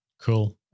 Cool